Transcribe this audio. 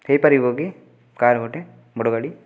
ହେଇପାରିବକି car ଗୋଟେ ବଡ଼ ଗାଡ଼ି